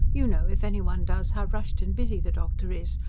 you know, if any one does, how rushed and busy the doctor is,